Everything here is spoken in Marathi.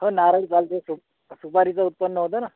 हो नारळ चालते सु सुपारीचा उत्पन्न होतं ना